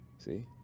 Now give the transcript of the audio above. See